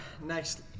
next